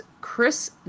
Chris